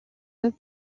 eux